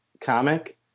comic